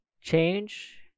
Change